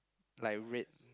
like red